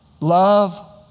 Love